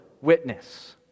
witness